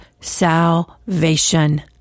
salvation